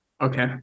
okay